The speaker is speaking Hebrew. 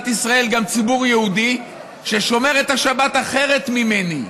ישראל גם ציבור יהודי ששומר את השבת אחרת ממני?